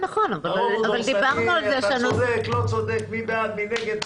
אתה צודק, לא צודק, מי בעד, מי נגד?